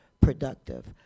productive